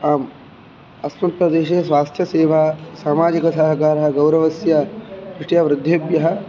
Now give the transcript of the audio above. आम् अस्मत्प्रदेशे स्वास्थ्यसेवा सामाजिकसहकारः गौरवस्य दृष्ट्या वृद्धेभ्यः